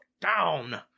Down